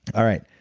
all right,